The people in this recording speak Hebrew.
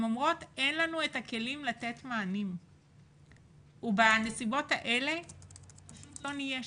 אומרות שאין להן את הכלים לתת מענים ובנסיבות האלה לא נהיה שם.